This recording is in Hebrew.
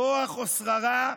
כוח ושררה,